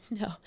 No